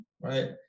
right